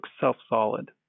self-solid